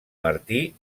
martí